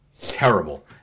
Terrible